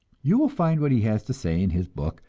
you will find what he has to say in his book,